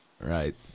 Right